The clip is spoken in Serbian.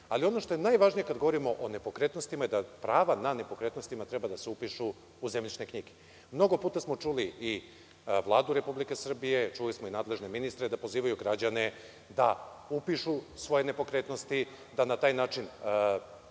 Ali, ono što je najvažnije kada govorimo o nepokretnostima je da prava na nepokretnostima treba da se upišu u zemljišne knjige. Mnogo puta samo čuli i Vladu Republike Srbije, čuli smo i nadležne ministre da pozivaju građane da upišu svoje nepokretnosti, da na taj način